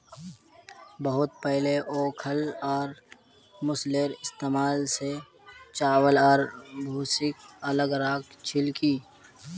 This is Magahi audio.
बहुत पहले ओखल और मूसलेर इस्तमाल स चावल आर भूसीक अलग राख छिल की